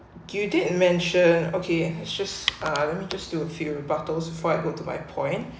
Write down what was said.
you did a mention okay it's just uh let's me just do a few rebuttals before I go to my point